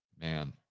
Man